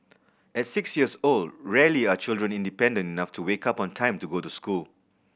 at six years old rarely are children independent enough to wake up on time to go to school